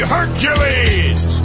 Hercules